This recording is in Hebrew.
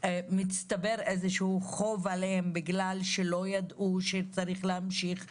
מצטבר להם חוב בגלל שהם לא ידעו שהם צריכים להמשיך לשלם,